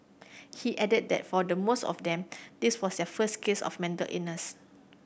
he added that for the most of them this was their first case of mental illness